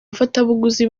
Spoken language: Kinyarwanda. abafatabuguzi